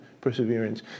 perseverance